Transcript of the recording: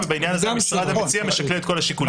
ובעניין הזה המשרד המציע משקלל את כל השיקולים.